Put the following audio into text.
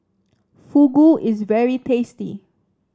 Fugu is very tasty